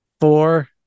Four